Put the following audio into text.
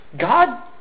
God